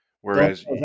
Whereas